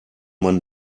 man